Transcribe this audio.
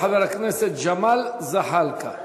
יעלה חבר הכנסת ג'מאל זחאלקה,